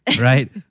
right